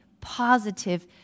positive